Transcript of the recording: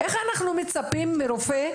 איך אנחנו מצפים מרופא,